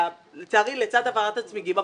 לצערי לצד הבערת הצמיגים,